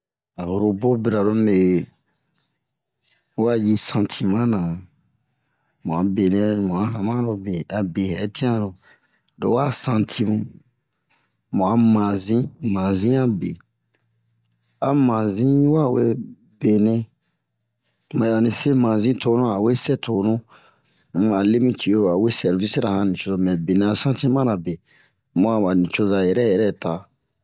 a robo bira lo mibe ha ji santimenna wa ji santimana mu a benɛ mu a hanmarobe abe hɛ tin'a lo wa santi mu a mazin mazin'an be a mazin yi wa wee benɛ mɛ onni se mazin toni a a o we se tonu um a le mi ciyo awe sɛrvisira a han nucozo mɛ benɛ a santimara mu ba nucoza yɛrɛ yɛrɛ ta